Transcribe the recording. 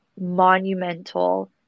monumental